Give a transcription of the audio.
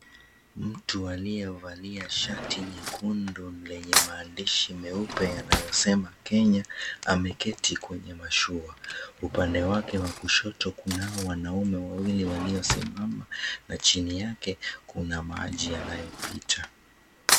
Mtu aliyevalia shati nyekundu lenye maandishi meupe yanayosema, Kenya, ameketi kwenye mashua. Upande wake wa kushoto kunao wanaume wawili waliosimama na chini yake kuna maji yanayopita.